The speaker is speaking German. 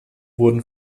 wurden